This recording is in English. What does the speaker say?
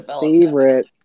favorite